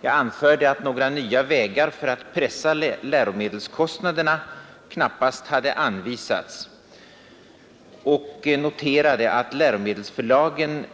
Jag framförde att några nya vägar för att pressa läromedelskostnaderna knappast hade anvisats och noterade att läromedelsförlagen